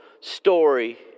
story